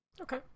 Okay